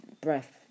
breath